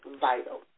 vital